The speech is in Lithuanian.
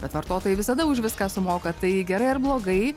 bet vartotojai visada už viską sumoka tai gerai ar blogai